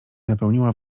napełniła